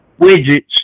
widgets